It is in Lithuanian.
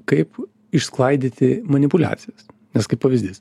kaip išskaidyti manipuliacijas nes kaip pavyzdys